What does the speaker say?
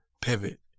pivot